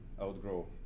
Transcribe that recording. outgrow